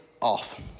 off